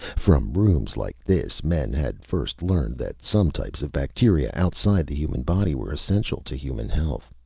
from rooms like this men had first learned that some types of bacteria outside the human body were essential to human health.